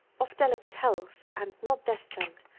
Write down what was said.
of delicate health, and not destined,